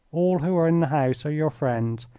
all who are in the house are your friends,